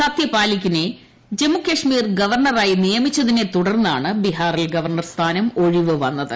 സത്യപാലിക്കിനെ ജമ്മുകാശ്മീർ ഗവർണറായി നിയമിച്ചതിനെ തുടർന്നാണ് ബീഹാറിൽ ഗവർണർ സ്ഥാനം ഒഴിവു വന്നത്